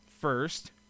first